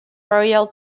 royal